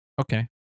Okay